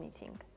meeting